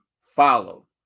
follow